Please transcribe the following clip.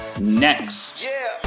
next